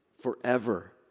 forever